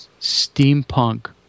steampunk